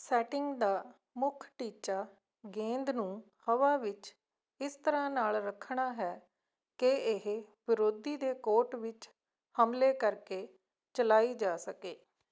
setting ਦਾ ਮੁੱਖ ਟੀਚਾ ਗੇਂਦ ਨੂੰ ਹਵਾ ਵਿੱਚ ਇਸ ਤਰ੍ਹਾਂ ਨਾਲ ਰੱਖਣਾ ਹੈ ਕਿ ਇਹ ਵਿਰੋਧੀ ਦੇ ਕੋਰਟ ਵਿੱਚ ਹਮਲੇ ਕਰਕੇ ਚਲਾਈ ਜਾ ਸਕੇ